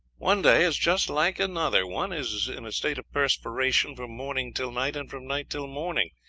one day is just like another one is in a state of perspiration from morning till night, and from night till morning.